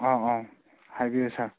ꯑꯧ ꯑꯧ ꯍꯥꯏꯕꯤꯎ ꯁꯥꯔ